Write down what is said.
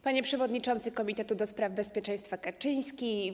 Panie Przewodniczący Komitetu ds. Bezpieczeństwa Kaczyński!